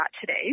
today